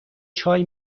چای